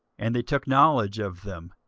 and they took knowledge of them,